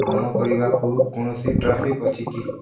କାମ କରିବାକୁ କୌଣସି ଟ୍ରାଫିକ୍ ଅଛି କି